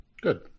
good